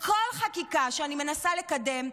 וכל חקיקה שאני מנסה לקדם,